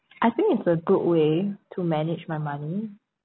I think it's a good way to manage my money